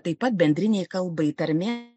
taip pat bendrinei kalbai tarmė